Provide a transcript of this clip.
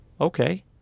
okay